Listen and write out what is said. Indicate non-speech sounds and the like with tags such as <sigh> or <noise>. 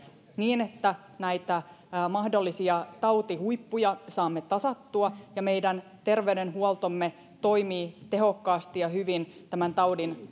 niin että näitä mahdollisia tautihuippuja saamme tasattua ja meidän terveydenhuoltomme toimii tehokkaasti ja hyvin tämän taudin <unintelligible>